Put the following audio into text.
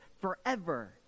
forever